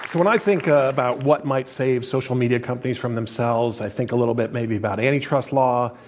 when i think about what might save social media companies from themselves, i think a little bit maybe about antitrust law,